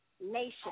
nation